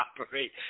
operate